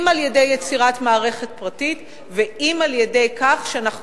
אם על-ידי יצירת מערכת פרטית ואם על-ידי כך שאנחנו